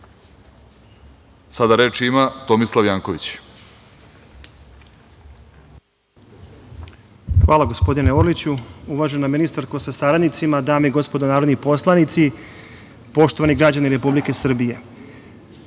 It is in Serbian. Janković. **Tomislav Janković** Hvala, gospodine Orliću. Uvažena ministarko sa saradnicima, dame i gospodo narodni poslanici, poštovani građani Republike Srbije,